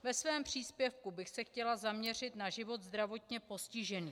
Ve svém příspěvku bych se chtěla zaměřit na život zdravotně postižených.